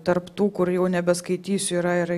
tarp tų kur jau nebeskaitysiu yra ir